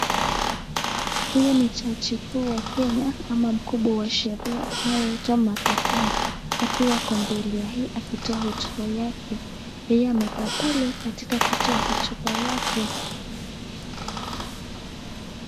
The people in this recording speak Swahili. Huyu ni jaji mkuu wa Kenya au mkubwa wa sheria anayeitwa Martha Koome akiwa ako mbele ya hii ili kutoa hotuba yake. Yeye amekaa pale katika kutoa hotuba yake.